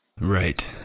Right